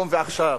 היום ועכשיו.